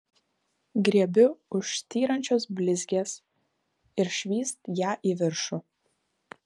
griebiu už styrančios blizgės ir švyst ją į viršų